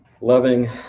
loving